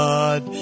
God